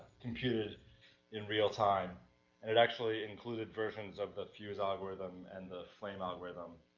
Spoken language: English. computed in real-time. and it actually included versions of the fuse algorithm and the flame algorithm,